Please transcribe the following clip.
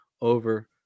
over